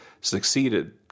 succeeded